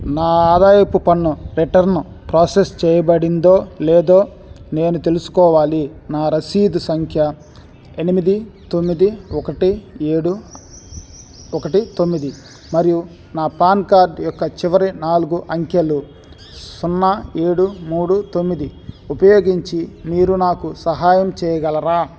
నా ఆదాయపు పన్ను రిటర్న్ ప్రాసెస్ చేయబడిందో లేదో నేను తెలుసుకోవాలి నా రసీదు సంఖ్య ఎనిమిది తొమ్మిది ఒకటి ఏడు ఒకటి తొమ్మిది మరియు నా పాన్ కార్డ్ యొక్క చివరి నాలుగు అంకెలు సున్నా ఏడు మూడు తొమ్మిది ఉపయోగించి మీరు నాకు సహాయం చేయగలరా